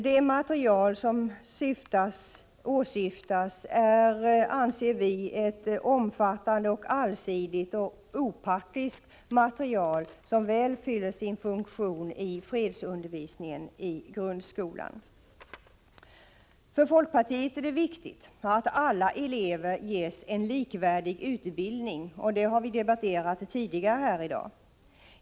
Det material som åsyftas är, anser vi, ett omfattande, allsidigt och opartiskt material, som väl fyller sin funktion i fredsundervisningen i grundskolan. För folkpartiet är det viktigt att alla elever ges en likvärdig utbildning, och det har vi debatterat tidigare i dag.